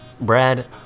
Brad